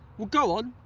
well, go on!